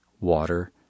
water